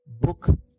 book